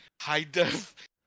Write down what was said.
high-def